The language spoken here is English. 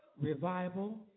revival